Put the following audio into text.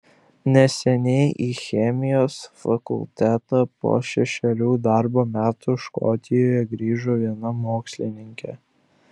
neseniai į chemijos fakultetą po šešerių darbo metų škotijoje grįžo viena mokslininkė